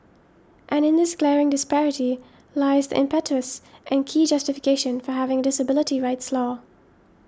and in this glaring disparity lies impetus and key justification for having a disability rights law